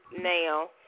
now